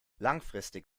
langfristig